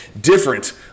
different